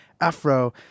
afro